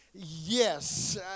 Yes